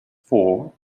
for